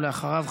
ואחריו,